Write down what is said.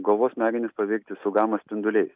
galvos smegenis paveikti su gama spinduliais